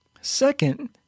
Second